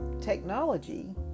Technology